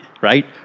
right